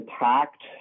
attacked